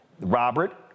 Robert